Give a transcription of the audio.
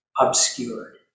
obscured